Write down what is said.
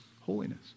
holiness